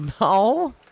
No